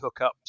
hookups